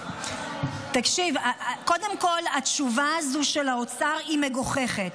תקשיב, קודם כול התשובה הזו של האוצר היא מגוחכת,